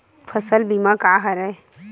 फसल बीमा का हरय?